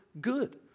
good